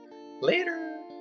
Later